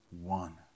one